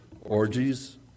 orgies